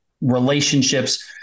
relationships